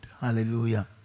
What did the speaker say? Hallelujah